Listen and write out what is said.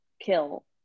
kill